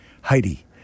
Heidi